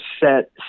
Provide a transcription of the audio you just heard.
set